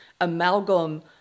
amalgam